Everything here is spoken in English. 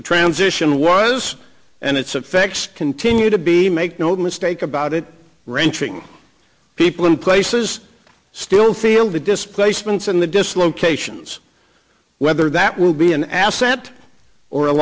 the transition was and its effects continue to be make no mistake about it wrenching people in places still feel the displacements in the dislocations whether that will be an asset or a